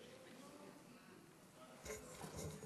ההצעה להעביר את הנושא לוועדת הפנים